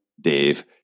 Dave